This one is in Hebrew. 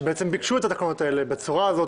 שבעצם ביקשו את התקנות האלה בצורה הזאת